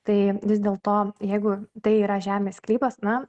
tai vis dėlto jeigu tai yra žemės sklypas na